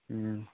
ꯎꯝ